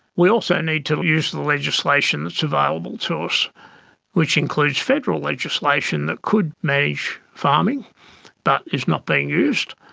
we also need to use the legislation that is available to us, which includes federal legislation that could manage farming but is not being used.